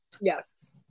Yes